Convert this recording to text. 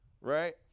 Right